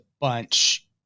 bunch